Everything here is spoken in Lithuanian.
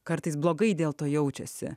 kartais blogai dėl to jaučiasi